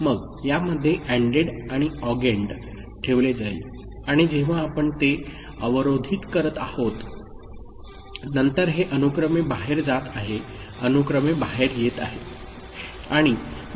मग यामध्ये एडेंड आणि ऑगेन्ड ठेवले जाईल आणि जेव्हा आपण ते अवरोधित करत आहेत नंतर हे अनुक्रमे बाहेर जात आहे अनुक्रमे बाहेर येत आहे